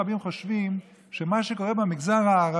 אנו עדיין המומים ומזועזעים מתרבות